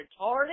retarded